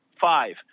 five